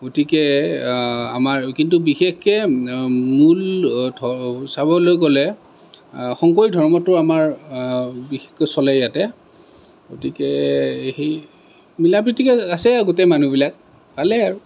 গতিকে আমাৰ কিন্তু বিশেষকৈ মূল চাবলৈ গ'লে শংকৰী ধৰ্মটো আমাৰ বিশেষকৈ চলে ইয়াতে গতিকে সেই মিলাপ্ৰীতিকে আছে গোটেই মানুহবিলাক ভালেই আৰু